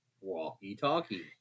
Walkie-talkie